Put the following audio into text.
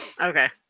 Okay